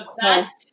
best